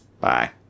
Bye